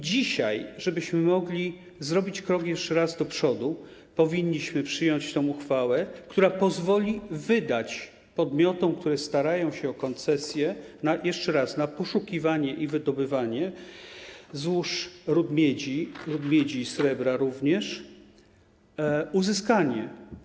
Dzisiaj, żebyśmy mogli zrobić krok jeszcze raz do przodu, powinniśmy przyjąć tę ustawę, która pozwoli podmiotom, które starają się o koncesje - jeszcze raz - na poszukiwanie i wydobywanie złóż rud miedzi i srebra, je uzyskać.